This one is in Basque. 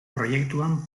proiektuan